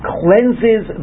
cleanses